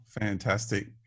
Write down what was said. fantastic